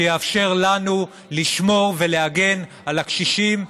שיאפשר לנו לשמור ולהגן על הקשישים,